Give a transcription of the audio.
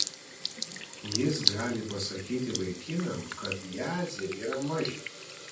jis gali pasakyti vaikinam kad jadzė yra mažė